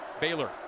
Baylor